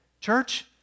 Church